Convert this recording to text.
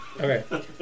Okay